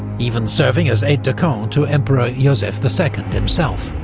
even serving as aide-de-camp to emperor josef the second himself.